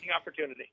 opportunity